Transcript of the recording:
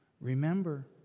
Remember